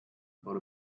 about